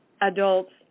adults